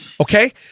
Okay